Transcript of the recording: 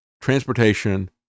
transportation